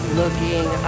looking